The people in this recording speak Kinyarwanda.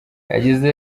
yagize